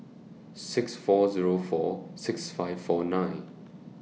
six four Zero four six five four nine